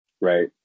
right